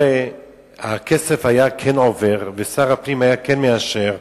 הרי הכסף היה כן עובר ושר הפנים היה כן מאשר.